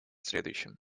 следующим